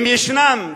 אם ישנם,